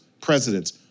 presidents